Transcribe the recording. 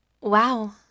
Wow